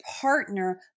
partner